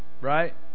right